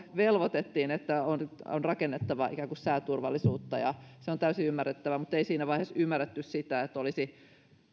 velvoitettiin että on rakennettava ikään kuin sääturvallisuutta ja se on täysin ymmärrettävää mutta siinä vaiheessa ei ymmärretty sitä että olisi